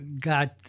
got